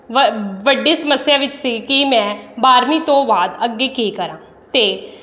ਵੱ ਵੱਡੀ ਸਮੱਸਿਆ ਵਿੱਚ ਸੀ ਕਿ ਮੈਂ ਬਾਰ੍ਹਵੀਂ ਤੋਂ ਬਾਅਦ ਅੱਗੇ ਕੀ ਕਰਾਂ ਅਤੇ